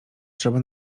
trzeba